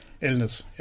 illness